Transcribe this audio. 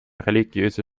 religiöse